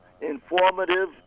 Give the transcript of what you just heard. informative